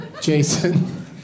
Jason